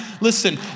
Listen